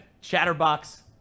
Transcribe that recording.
Chatterbox